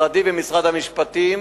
משרדי ומשרד המשפטים,